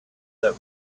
that